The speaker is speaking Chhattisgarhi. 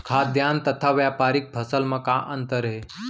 खाद्यान्न तथा व्यापारिक फसल मा का अंतर हे?